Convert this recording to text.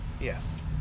Yes